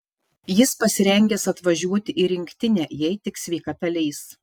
jis pasirengęs atvažiuoti į rinktinę jei tik sveikata leis